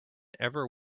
ever